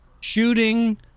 shooting